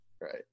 Right